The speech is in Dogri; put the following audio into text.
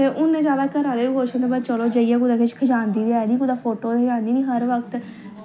ते उ'न्ने ज्यादा घर आह्ले खुश होंदे भाई चलो जाइयै कुतै किश खचांदी ते ऐ नी कुतै फोटो फोटो ते खचांदी नी हर बक्त